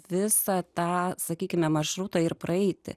visą tą sakykime maršrutą ir praeiti